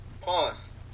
Pause